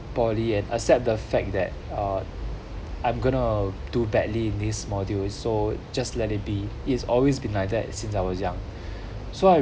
poly and accept the fact that uh I'm gonna do badly this module so just let it be it's always been like that since I was young so I